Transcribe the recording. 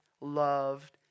loved